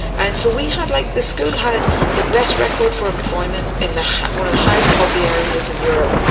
and, so we had like, the school had the best record for employment in the high one of the highest poverty areas in europe.